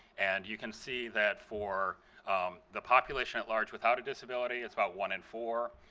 and you can see that for the population at large without a disability, it's about one in four.